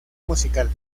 musical